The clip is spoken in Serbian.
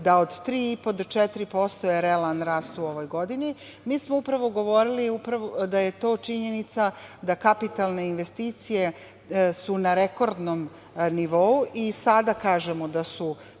do četiri posto je realan rast u ovoj godini, mi smo upravo govorili da je to činjenica da kapitalne investicije su na rekordnom nivou i sada kažemo da su